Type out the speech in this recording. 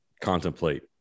contemplate